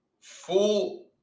Full